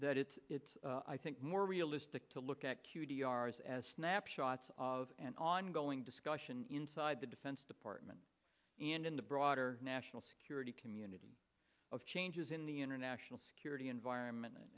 that it's it's i think more realistic to look at q t r as as snapshots of an ongoing discussion inside the defense department and in the broader national security community of changes in the international security environment and